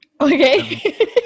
Okay